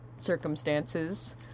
Circumstances